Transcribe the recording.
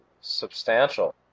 substantial